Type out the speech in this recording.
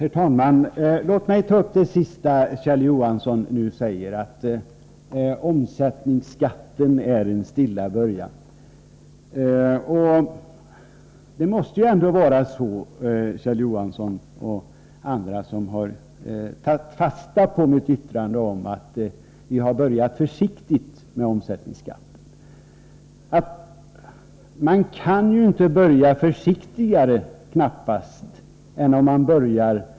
Herr talman! Låt mig ta upp det sista Kjell Johansson sade: att omsättningsskatten är en stilla början. Man kan knappast börja försiktigare, Kjell Johansson och andra som har tagit fasta på mitt yttrande om att vi har börjat försiktigt med omsättningsskatten, än med 0,5 96.